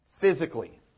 Physically